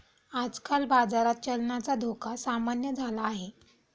आजकाल बाजारात चलनाचा धोका सामान्य झाला आहे